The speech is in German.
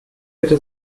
bitte